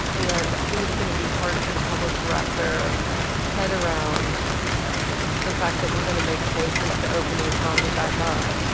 and i think it's going to be hard for the public to wrap their head around the fact that we're going to make choices to open the economy back up,